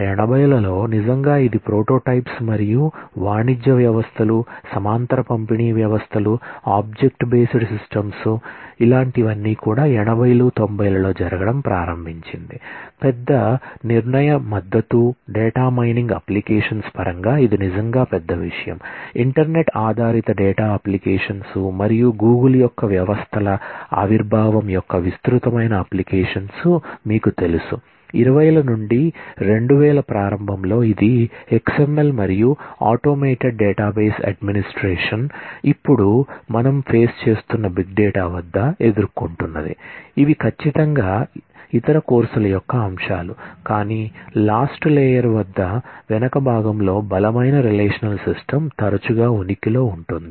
80 లలో నిజంగా ఇది ప్రోటోటైప్స్ తరచుగా ఉనికిలో ఉంటుంది